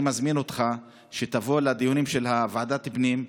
אני מזמין אותך שתבוא לדיונים של ועדת הפנים,